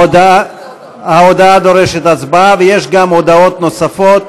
ההודעה דורשת הצבעה, ויש הודעות נוספות